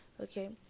okay